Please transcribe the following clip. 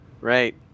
Right